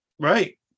right